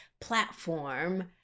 platform